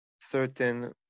certain